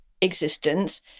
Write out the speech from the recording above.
existence